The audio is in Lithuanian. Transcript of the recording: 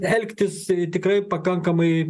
elgtis tikrai pakankamai